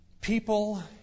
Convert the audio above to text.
People